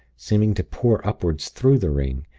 seeming to pour upward through the ring,